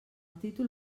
títol